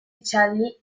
uccelli